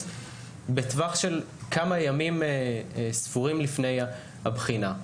בטווח של כמה ימים ספורים לפני הבחינה.